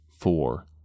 four